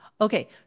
Okay